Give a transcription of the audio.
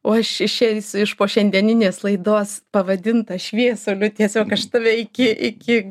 o aš išeisiu iš po šiandieninės laidos pavadinta šviesuliu tiesiog aš tave iki iki